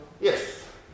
Yes